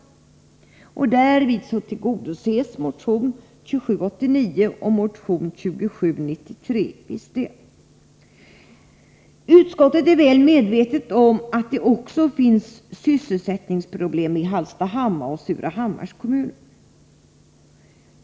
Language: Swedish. Därvid tillgodoses motion 2789 och motion 2793 i viss del. Utskottet är väl medvetet om att det också finns sysselsättningsproblem i Hallstahammars och Surahammars kommuner.